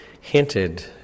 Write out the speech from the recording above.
hinted